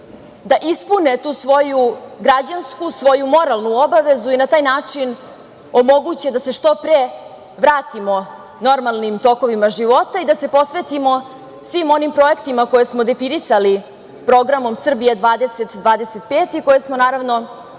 da ispune tu svoju građansku, svoju moralnu obavezu i na taj način omoguće da se što pre vratimo normalnim tokovima života i da se posvetimo svim onim projektima koje smo definisali Programom „Srbija 2025“ i koje smo obećali